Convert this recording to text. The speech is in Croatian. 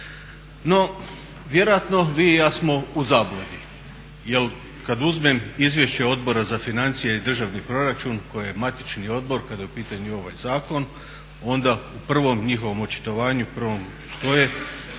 No, vjerojatno vi i ja smo u zabludi. Jer kada uzmem izvješće Odbora za financije i državni proračun koji je matični odbor kada je u pitanju ovaj zakon, onda u prvom njihovom očitovanju,